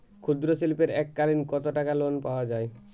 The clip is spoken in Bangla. ক্ষুদ্রশিল্পের এককালিন কতটাকা লোন পাওয়া য়ায়?